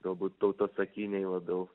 galbūt tautosakiniai labiau